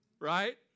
Right